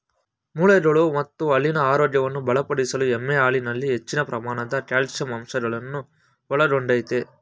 ಮೂಳೆಗಳು ಮತ್ತು ಹಲ್ಲಿನ ಆರೋಗ್ಯವನ್ನು ಬಲಪಡಿಸಲು ಎಮ್ಮೆಯ ಹಾಲಿನಲ್ಲಿ ಹೆಚ್ಚಿನ ಪ್ರಮಾಣದ ಕ್ಯಾಲ್ಸಿಯಂ ಅಂಶಗಳನ್ನು ಒಳಗೊಂಡಯ್ತೆ